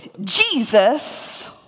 Jesus